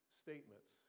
statements